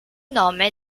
nome